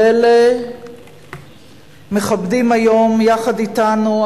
ואלה מכבדים היום יחד אתנו,